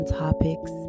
topics